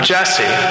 Jesse